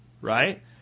right